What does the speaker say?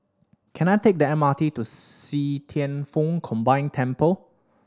can I take the M R T to See Thian Foh Combined Temple